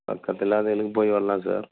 பக்கத்தெலாம் வெளியே போய் வரலாம் சார்